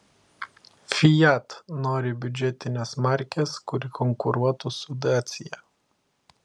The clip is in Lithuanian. fiat nori biudžetinės markės kuri konkuruotų su dacia